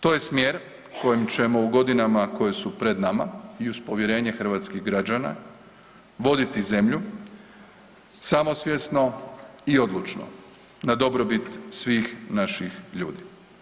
To je smjer u kojem ćemo u godinama koje su pred nama i uz povjerenje hrvatskih građana voditi zemlju samosvjesno i odlučno na dobrobit svih naših ljudi.